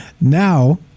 now